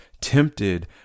tempted